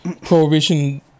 Prohibition